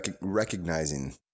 recognizing